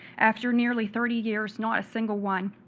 after nearly thirty years, not a single one.